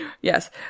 Yes